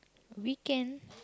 weekend